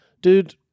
Dude